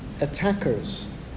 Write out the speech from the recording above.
attackers